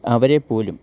അവരെ പോലും